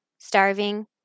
starving